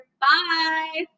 Bye